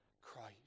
Christ